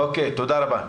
אוקיי, תודה רבה.